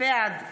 בעד